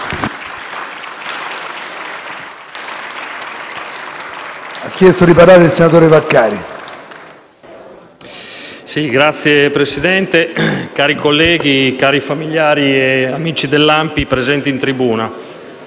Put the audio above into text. Signor Presidente, cari colleghi, cari familiari e amici dell'ANPI presenti in tribuna,